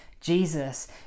Jesus